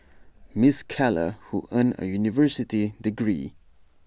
miss Keller who earned A university degree